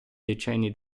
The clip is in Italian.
decenni